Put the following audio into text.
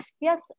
Yes